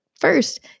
first